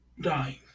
Dying